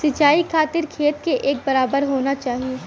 सिंचाई खातिर खेत के एक बराबर होना चाही